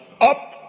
up